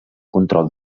control